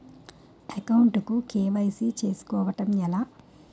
Account కు KYC చేసుకోవడం ఎలా?